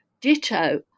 ditto